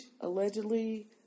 allegedly